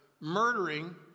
murdering